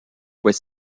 fois